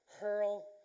hurl